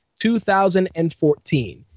2014